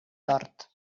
tort